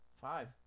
five